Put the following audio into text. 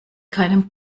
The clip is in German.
keinem